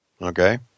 Okay